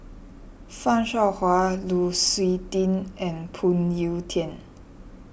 Fan Shao Hua Lu Suitin and Phoon Yew Tien